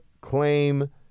claim